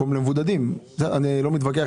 אני אומר לכם